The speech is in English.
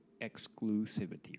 exclusivity